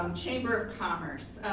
um chamber of commerce,